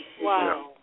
Wow